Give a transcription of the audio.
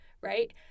right